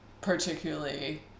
particularly